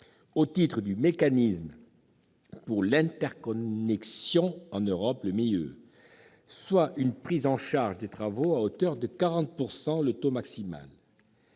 au titre du Mécanisme pour l'interconnexion en Europe, soit une prise en charge des travaux à hauteur de 40 %, le taux maximal.